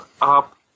up